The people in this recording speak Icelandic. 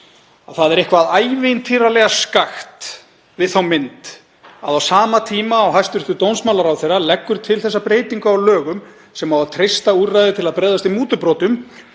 það er eitthvað ævintýralega skakkt við þá mynd að á sama tíma og hæstv. dómsmálaráðherra leggur til þessa breytingu á lögum, sem á að treysta úrræði til að bregðast við mútubrotum,